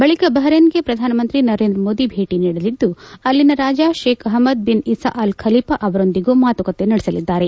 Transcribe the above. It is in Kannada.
ಬಳಿಕ ಬಹರೇನ್ಗೆ ಪ್ರಧಾನಮಂತ್ರಿ ನರೇಂದ್ರ ಮೋದಿ ಭೇಟಿ ನೀಡಲಿದ್ದು ಅಲ್ಲಿನ ರಾಜ Sheikh Ahmad bin Isa Al Khalifa ಅವರೊಂದಿಗೂ ಮಾತುಕತೆ ನಡೆಸಲಿದ್ದಾರೆ